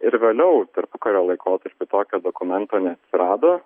ir vėliau tarpukario laikotarpiu tokio dokumento neatsirado